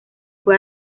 fue